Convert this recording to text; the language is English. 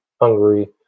Hungary